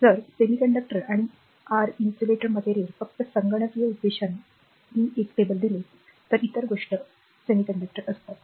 जर अर्धसंवाहक आणि आर विद्युतरोधक मटेरियल फक्त संगणकीय उद्देशाने मी एक टेबल दिले तर इतर गोष्ट अर्धसंवाहक असतात